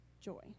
joy